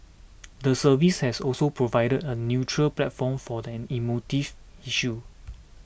the service has also provided a neutral platform for an emotive issue